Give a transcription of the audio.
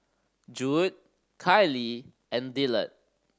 Judd Kiley and Dillard